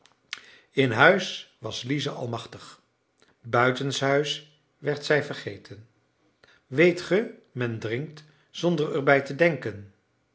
in huis was lize almachtig buitenshuis werd zij vergeten weet ge men drinkt zonder er bij te denken